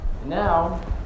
Now